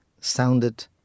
sounded